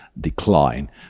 decline